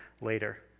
later